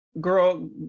girl